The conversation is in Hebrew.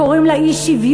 קוראים לה אי-שוויון,